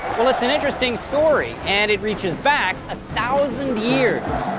well, it's an interesting story, and it reaches back a thousand years.